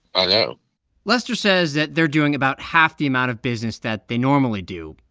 i know lester says that they're doing about half the amount of business that they normally do.